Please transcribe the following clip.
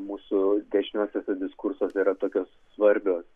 mūsų dešiniosiose diskursuose yra tokios svarbios